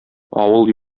авыл